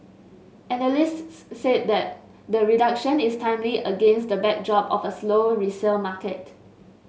analysts said that the reduction is timely against the backdrop of a slow resale market